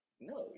No